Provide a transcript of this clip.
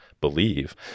believe